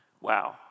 Wow